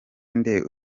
inde